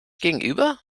gegenüber